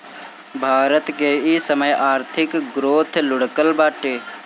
भारत के इ समय आर्थिक ग्रोथ लुढ़कल बाटे